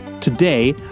Today